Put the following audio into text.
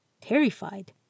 terrified